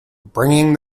bringing